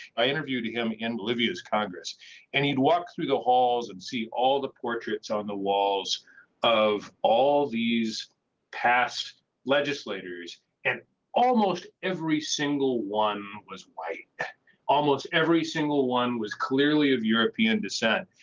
i interviewed him in bolivia's congress and he'd walk through the halls and see all the portraits on the walls of all these past legislators and almost every single one was white almost every single one was clearly of european descent.